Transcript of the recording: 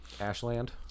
Ashland